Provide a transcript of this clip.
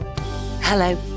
Hello